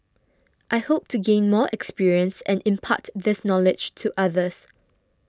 I hope to gain more experience and impart this knowledge to others